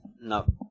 No